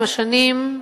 עם השנים,